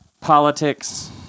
politics